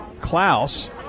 Klaus